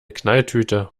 knalltüte